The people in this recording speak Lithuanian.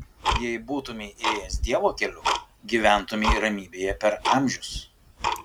jei būtumei ėjęs dievo keliu gyventumei ramybėje per amžius